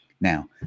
now